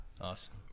Awesome